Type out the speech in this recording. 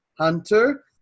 Hunter